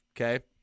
Okay